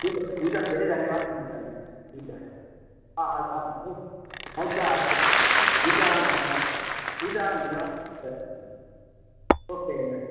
हुन्छ हुन्छ धेरै धन्यवाद हुन्छ हुन्छ अँ आउनुहोस् है हुन्छ हजुर हुन्छ धन्यवाद हुन्छ धन्यवाद हुन्छ ओके